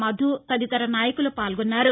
మధు తదితర నాయకులు పాల్గొన్నారు